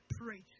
pray